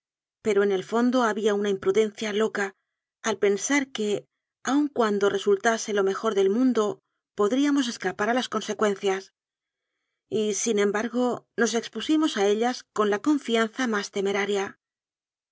pero en el fondo había una imprudencia loca al pensar que aun cuando resultase lo mejor del mundo podríamos escapar a las consecuencias y sin embargo nos expu simos a ellas con la confianza más temeraria